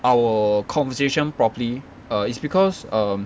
our conversation properly err it's because um